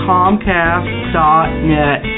Comcast.net